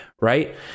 right